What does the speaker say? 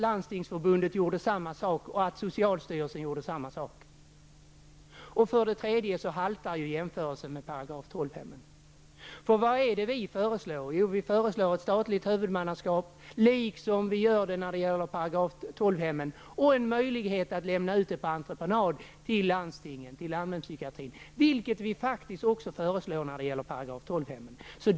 Landstingsförbundet och socialstyrelsen gjorde detsamma. Den tredje gäller den haltande jämförelsen med § 12-hemmen. Vad är det vi föreslår? Jo, vi föreslår ett statligt huvudmannaskap, liksom vi gjorde i fråga om § 12-hemmen, och en möjlighet att lämna ut detta på entreprenad till landstingen och allmänpsykiatrin, vilket vi faktiskt också föreslagit när det gäller § 12-hemmen.